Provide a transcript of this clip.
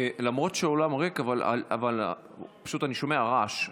למרות שהאולם ריק אני שומע רעש,